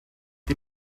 die